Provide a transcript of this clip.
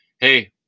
hey